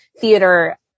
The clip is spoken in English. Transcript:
theater